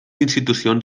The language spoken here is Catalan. institucions